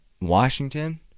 Washington